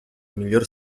miglior